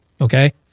okay